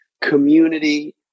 community